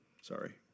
sorry